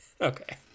Okay